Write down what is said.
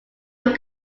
will